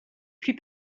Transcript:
plus